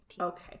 Okay